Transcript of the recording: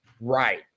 Right